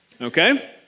Okay